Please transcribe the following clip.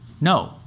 No